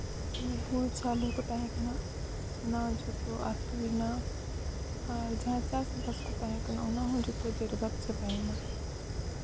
ᱦᱳᱲᱳ ᱪᱟᱣᱞᱮ ᱠᱚ ᱛᱟᱦᱮᱸ ᱠᱟᱱᱟ ᱚᱱᱟ ᱡᱚᱛᱚ ᱟᱹᱛᱩᱭᱮᱱᱟ ᱟᱨ ᱪᱟᱥᱵᱟᱥ ᱠᱚ ᱛᱟᱦᱮᱸ ᱠᱟᱱᱟ ᱚᱱᱟ ᱦᱚᱸ ᱡᱚᱛᱚ ᱵᱮᱨᱵᱟᱫᱽ ᱪᱟᱵᱟᱭᱮᱱᱟ